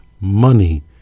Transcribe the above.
money